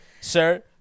sir